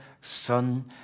Son